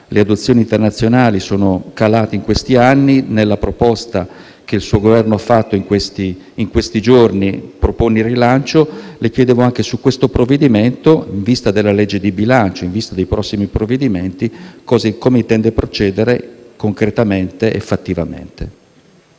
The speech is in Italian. le adozioni internazionali sono calate in questi anni e nella proposta che il suo Governo ha fatto in questi giorni ne propone rilancio. Le chiedo, dunque, anche a proposito di tale questione, in vista della legge di bilancio e dei prossimi provvedimenti, come intende procedere concretamente e fattivamente.